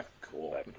cool